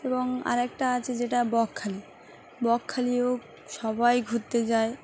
এবং আরেকটা আছে যেটা বকখালি বকখালিও সবাই ঘুরতে যায়